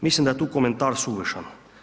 Mislim da je tu komentar suvišan.